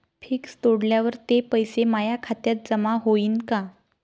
Fix तोडल्यावर ते पैसे माया खात्यात जमा होईनं का?